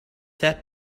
that